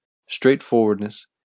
straightforwardness